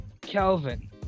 Kelvin